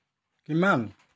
কিমান